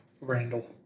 Randall